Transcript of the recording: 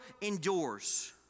endures